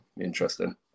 Interesting